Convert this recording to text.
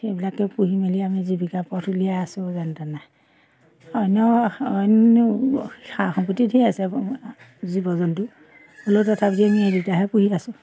সেইবিলাকে পুহি মেলি আমি জীৱিকা পথ উলিয়াই আছোঁ যেনে তেনে অন্য অন্য সা সম্পত্তি ঢেৰ আছে বাৰু জীৱ জন্তু হ'লেও তথাপি আমি এই দুটাহে পুহি আছোঁ